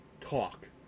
talk